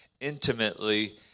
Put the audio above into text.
intimately